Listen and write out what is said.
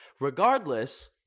regardless